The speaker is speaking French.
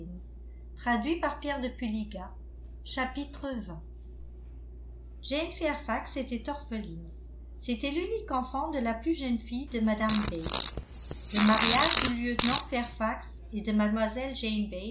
jane fairfax était orpheline c'était l'unique enfant de la plus jeune fille de mme bates le mariage du lieutenant fairfax et de